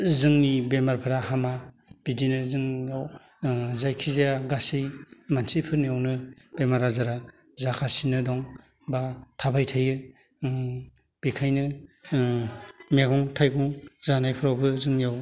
जोंनि बेमारफ्रा हामा बिदिनो जोंनाव जायखिजाया गासै मानसिफोरनियावनो बेमार आजारा जागासिनो दं बा थाबाय थायो ओम बेखायनो मैगं थाइगं जानायफ्रावबो जोंनियाव